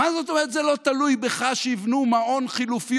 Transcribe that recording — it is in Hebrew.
מה זאת אומרת זה לא תלוי בך שיבנו מעון חלופי